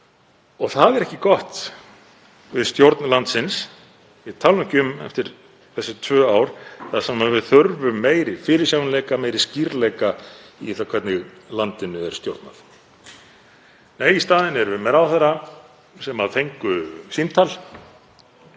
Það er ekki gott við stjórn landsins, ég tala nú ekki um eftir þessi tvö ár þar sem við þurfum meiri fyrirsjáanleika, meiri skýrleika í það hvernig landinu er stjórnað. Nei, í staðinn erum við með ráðherra sem fengu símtal